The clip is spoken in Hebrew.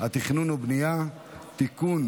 התכנון והבנייה (תיקון,